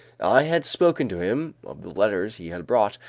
i had spoken to him of the letters he had brought,